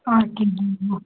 আর কী বলব